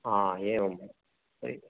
आ एवं तर्हि